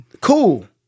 Cool